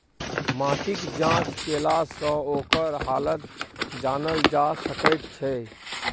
माटिक जाँच केलासँ ओकर हालत जानल जा सकैत छै